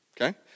okay